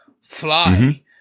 fly